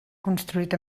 construït